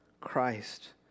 Christ